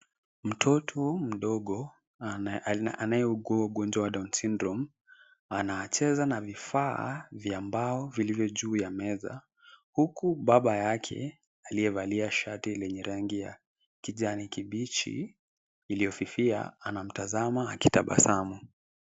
Mtoto mdogo anayeugua ugonjwa wa down syndrome anacheza na vifaa vya mbao vilivyo juu ya meza huku baba yake, aliyevalia shati lenye rangi ya kijani kibichi iliyofifia anamtazama akitabasamu.